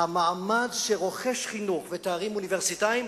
המעמד שרוכש חינוך ותארים אוניברסיטאיים,